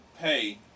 pay